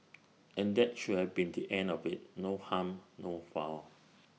and that should have been the end of IT no harm no foul